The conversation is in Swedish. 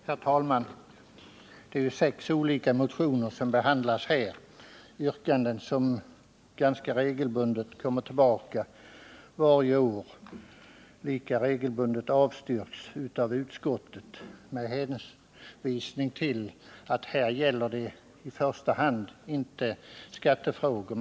Herr talman! Det är sex olika motioner som behandlas i föreliggande betänkande —- yrkanden som ganska regelbundet kommer tillbaka varje år och lika regelbundet avstyrks av utskottet med hänvisning till att det inte främst gäller skattefrågor.